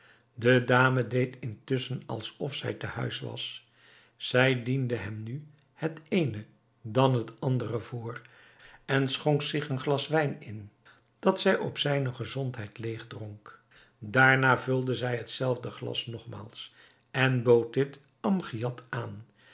de dame deed intusschen alsof zij te huis was zij diende hem nu het eene dan het andere voor en schonk zich een glas wijn in dat zij op zijne gezondheid leegdronk daarna vulde zij het zelfde glas nogmaals en bood dit amgiad aan